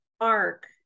arc